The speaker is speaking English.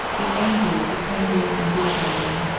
with angels ascending and descending.